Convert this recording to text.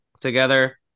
together